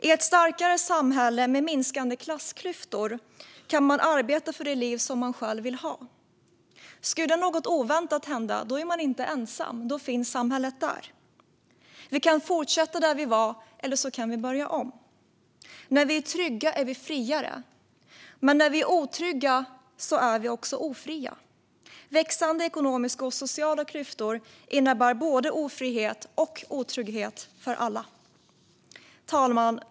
I ett starkare samhälle med minskande klassklyftor kan man arbeta för det liv som man själv vill ha. Skulle något oväntat hända är man inte ensam. Då finns samhället där. Vi kan fortsätta där vi var eller börja om. När vi är trygga är vi friare. Men när vi är otrygga är vi också ofria. Växande ekonomiska och sociala klyftor innebär både ofrihet och otrygghet för alla. Fru talman!